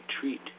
treat